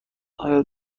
آیا